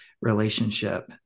Relationship